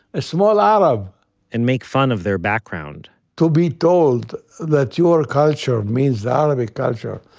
a small arab and make fun of their background to be told that your culture, means the arabic culture,